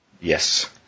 Yes